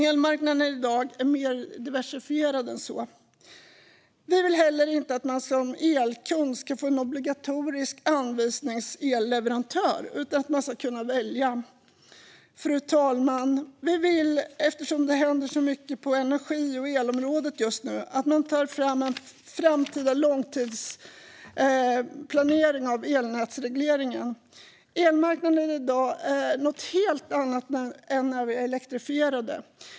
Elmarknaden i dag är mer diversifierad än så. Vi vill inte heller att en elkund ska anvisas en elleverantör som det råder ett obligatorium att anlita, utan kunden ska få välja själv. Fru talman! Eftersom det händer så mycket på energi och elområdet just nu vill vi att en framtida långtidsplanering av elnätsregleringen ska tas fram. Elmarknaden ser helt annorlunda ut i dag än när landet elektrifierades.